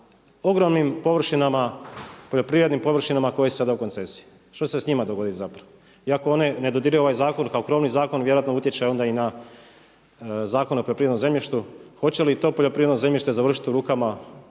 ogromnim površinama poljoprivrednim površinama koje su sada u koncesiji, što će se s njima dogoditi zapravo? Iako one ne dodiruju ovaj zakon kao krovni zakon vjerojatno utječe onda i na Zakon o poljoprivrednom zemljištu, hoće li to poljoprivredno zemljište završiti u rukama